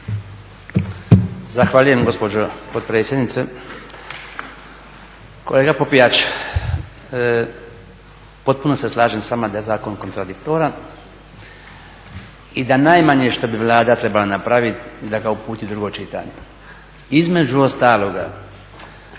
Zahvaljujem gospođo potpredsjednice. Kolega Popijač, potpuno se slažem s vama da je zakon kontradiktoran i da je najmanje što bi Vlada trebala napravit da ga uputu u drugo čitanje. Između ostaloga